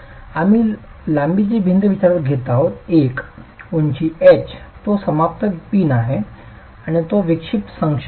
आम्ही लांबीची भिंत विचारात घेत आहोत l उंची h तो समाप्त पिन आहे आणि तो विक्षिप्त संक्षेप अधीन